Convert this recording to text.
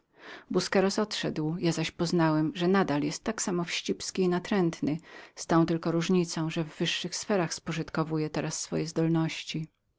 busqueros odszedł ja zaś poznałem że zawsze był tym samym wścibskim i natrętem z tą tylko różnicą że w wyższych sferach upożytecznia teraz swoje zdolności